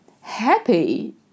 happy